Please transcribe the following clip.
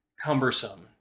cumbersome